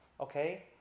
Okay